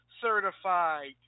certified